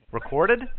Recorded